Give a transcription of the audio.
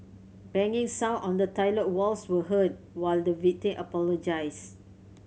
banging sound on the toilet walls were heard while the victim apologized